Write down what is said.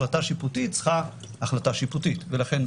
לכן,